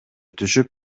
түшүп